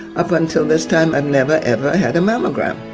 up until this time i've never, ever had a mammogram.